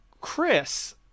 chris